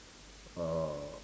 uh